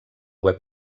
web